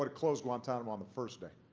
but closed guantanamo on the first day.